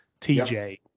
TJ